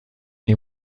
این